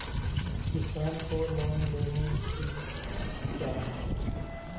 किसान को लोन लेने की पत्रा क्या है?